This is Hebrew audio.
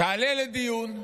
תעלה לדיון,